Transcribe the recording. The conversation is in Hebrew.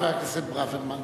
חבר הכנסת ברוורמן.